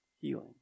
healing